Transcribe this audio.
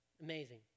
Amazing